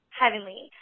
heavenly